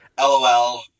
LOL